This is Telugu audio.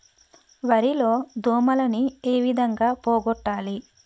వరి లో దోమలని ఏ విధంగా పోగొట్టాలి?